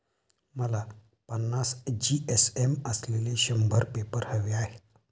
मला पन्नास जी.एस.एम असलेले शंभर पेपर हवे आहेत